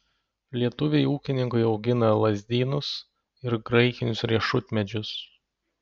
lietuviai ūkininkai augina lazdynus ir graikinius riešutmedžius